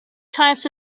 types